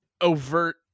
overt